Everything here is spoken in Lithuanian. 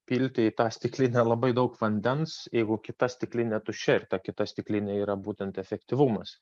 pilti į tą stiklinę labai daug vandens jeigu kita stiklinė tuščia ir ta kita stiklinė yra būtent efektyvumas